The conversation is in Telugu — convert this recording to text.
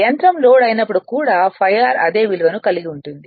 యంత్రం లోడ్ అయినప్పుడు కూడా ∅r అదే విలువని కలిగి ఉంటుంది